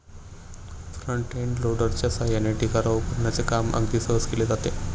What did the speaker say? front end लोडरच्या सहाय्याने ढिगारा उपसण्याचे काम अगदी सहज केले जाते